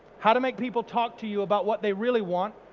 how to make people talk to you about what they really want?